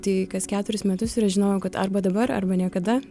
tai kas keturis metus ir žinojau kad arba dabar arba niekada